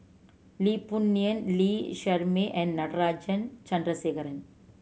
Lee Boon Ngan Lee Shermay and Natarajan Chandrasekaran